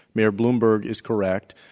mayor bloomberg is correct,